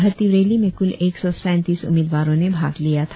भर्ती रैली में कुल एक सौ सैंतीस उम्मीदवारों ने भाग लिया था